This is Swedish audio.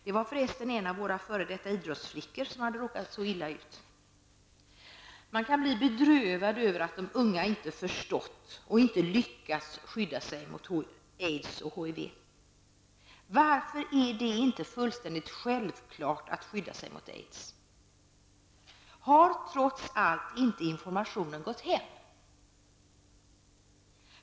Det var för resten en av våra f.d. idrottsflickor som råkat så illa ut. Man kan bli bedrövad över att de unga inte förstått och inte lyckats skydda sig mot HIV och aids. Varför är det inte fullständigt självklart att skydda sig mot aids? Har trots allt informationen inte gått hem?